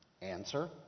Answer